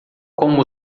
como